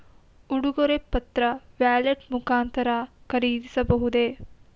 ಉಡುಗೊರೆ ಪತ್ರ ವ್ಯಾಲೆಟ್ ಮುಖಾಂತರ ಖರೀದಿಸಬಹುದೇ?